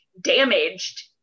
damaged